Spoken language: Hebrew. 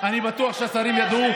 אני בטוח שהשרים ידעו,